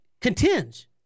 contends